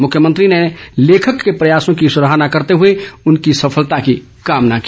मुख्यमंत्री ने लेखक के प्रयासों की सराहना करते हुए उनकी सफलता की कामना की